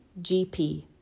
GP